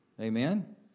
Amen